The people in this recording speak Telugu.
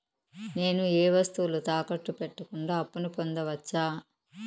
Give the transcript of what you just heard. నేను ఏ వస్తువులు తాకట్టు పెట్టకుండా అప్పును పొందవచ్చా?